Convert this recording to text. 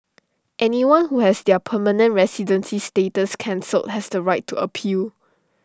anyone who has their permanent residency status cancelled has the right to appeal